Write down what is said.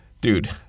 dude